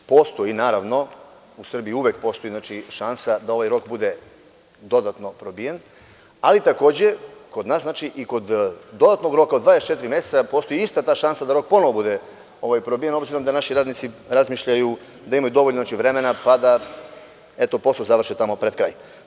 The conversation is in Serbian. U Srbiji uvek postoji šansa da ovaj rok bude dodatno probijen, ali takođe i kod dodatnog roka od 24 meseca postoji ista ta šansa da rok ponovo bude probijen, obzirom da naši radnici razmišljaju da imaju dovoljno vremena, pa da posao završe tamo pred kraj.